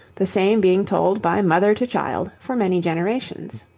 the same being told by mother to child for many generations.